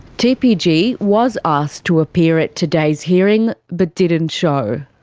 tpg was asked to appear at today's hearing, but didn't show.